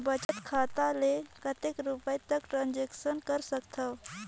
बचत खाता ले कतेक रुपिया तक ट्रांजेक्शन कर सकथव?